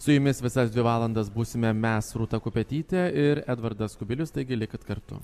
su jumis visas dvi valandas būsime mes rūta kupetytė ir edvardas kubilius taigi likit kartu